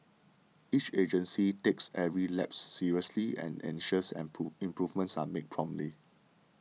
each agency takes every lapse seriously and ensures an prove improvements are made promptly